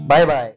Bye-bye